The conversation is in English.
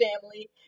family